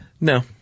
No